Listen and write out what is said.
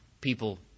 people